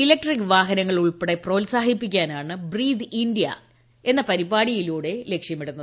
electric വാഹനങ്ങൾ ഉൾപ്പെടെ പ്രോത്സാഹിപ്പിക്കാനാണ് ബ്രീത്ത് ഇന്തൃ എന്ന പരിപാടിയിലൂടെ ലക്ഷ്യമിടുന്നത്